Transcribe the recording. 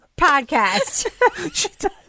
podcast